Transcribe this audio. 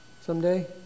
someday